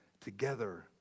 together